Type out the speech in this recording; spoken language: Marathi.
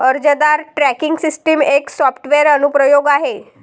अर्जदार ट्रॅकिंग सिस्टम एक सॉफ्टवेअर अनुप्रयोग आहे